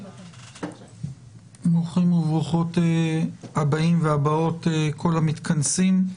ברוכים וברוכות הבאים והבאות, כל המתכנסים.